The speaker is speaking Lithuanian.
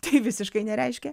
tai visiškai nereiškia